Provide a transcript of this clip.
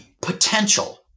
potential